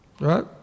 Right